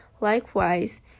Likewise